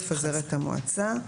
יפזר את המועצה.